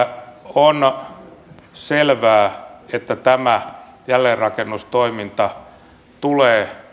on selvää että tämä jälleenrakennustoiminta tulee aiheuttamaan